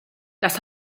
das